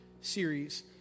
series